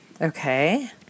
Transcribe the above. Okay